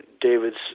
David's